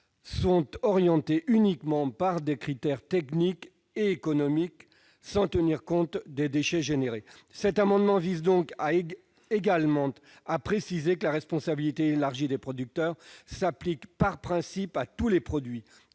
sont orientés uniquement par des critères techniques et économiques, sans considération des déchets produits. Cet amendement vise donc à préciser que la responsabilité élargie du producteur s'applique par principe à tous les produits.